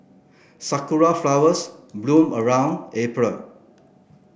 sakura flowers bloom around April